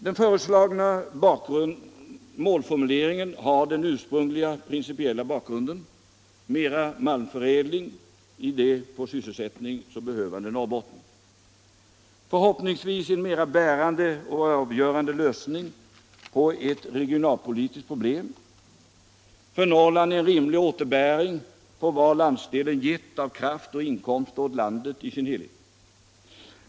Den föreslagna målformuleringen har den ursprungliga principiella bakgrunden: mera malmförädling till det på sysselsättning så behövande Norrbotten, förhoppningsvis en mera bärande och avgörande lösning på ett regionalpolitiskt problem, för Norrland en rimlig återbäring på vad landsdelen gett av kraft och inkomster åt landet i sin helhet.